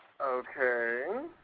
Okay